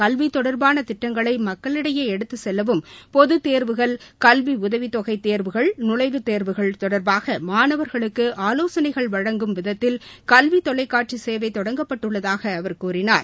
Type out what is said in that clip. கல்வி தொடர்பான திட்டங்களை மக்களிடையே எடுத்துச் செல்லவும் பொதத்தேர்வுகள் கல்வி உதவித்தொகை தேர்வுகள் நுழழவுத் தேர்வுகள் தொடர்பாக மானவர்களுக்கு ஆலோசனைகள் வழங்கும் விதத்தில் கல்வித்தொலைக்காட்சி சேவை தொடங்கப்பட்டுள்ளதாக அவர் கூறினார்